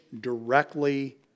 directly